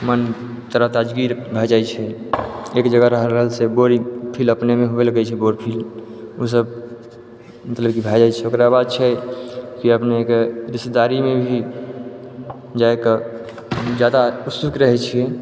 मन तरोताजगी भऽ जाइ छै एक जगह रहलासँ बोरिङ्ग फील अपनेमे होइ लगै छै बोर फील ओहिसँ मतलब की भऽ जाइ छै ओकरा बाद छै की अपनेके रिश्तेदारीमे भी जाके ज्यादा उत्सुक रहै छिए